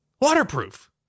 waterproof